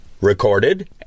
recorded